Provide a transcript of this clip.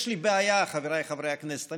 יש לי בעיה, חבריי חברי הכנסת.